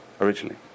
originally